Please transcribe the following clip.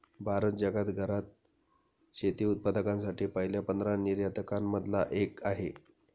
भारत जगात घरात शेती उत्पादकांसाठी पहिल्या पंधरा निर्यातकां न मधला एक आहे